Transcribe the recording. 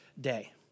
day